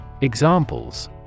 Examples